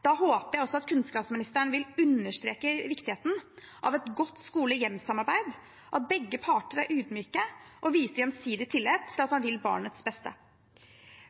Da håper jeg at kunnskapsministeren vil understreke viktigheten av et godt skole–hjem-samarbeid, at begge parter er ydmyke og viser gjensidig tillit til at man vil barnets beste.